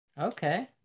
Okay